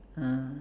uh